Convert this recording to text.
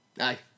Aye